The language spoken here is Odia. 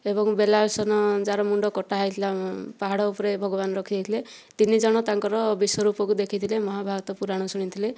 ଏବଂ ବେଲାଳସେନ ଯାହାର ମୁଣ୍ଡ କଟାହୋଇଥିଲା ପାହାଡ଼ ଉପରେ ଭଗବାନ ରଖିଦେଇଥିଲେ ତିନିଜଣ ତାଙ୍କର ବିଶ୍ଵରୂପକୁ ଦେଖିଥିଲେ ମହାଭାରତ ପୁରାଣ ଶୁଣିଥିଲେ